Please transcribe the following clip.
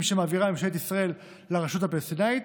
שמעבירה ממשלת ישראל לרשות הפלסטינית,